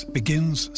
begins